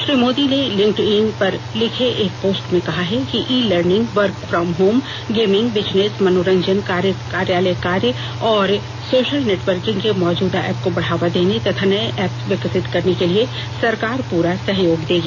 श्री मोदी ने लिक्डइन पर लिखे एक पोस्ट में कहा है कि e learning work from home gaming business मनोरंजन कार्यालय कार्य और सोशल नेटवर्किंग के मौजूदा ऐप्प को बढ़ावा देने तथा नये ऐप्प विकसित करने के लिए सरकार पूरा सहयोग देगी